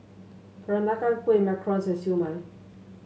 Peranakan Kueh macarons and Siew Mai